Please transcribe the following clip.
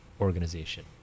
organization